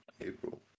April